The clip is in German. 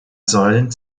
säulen